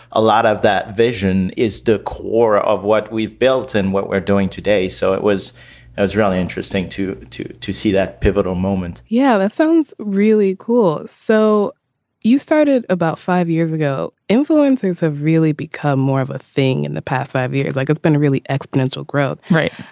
a lot of that vision is the core of what we've built and what we're doing today. so it was it was really interesting to you to see that pivotal moment yeah that sounds really cool. so you started about five years ago influences have really become more of a thing in the past five years. like been really exponential growth right.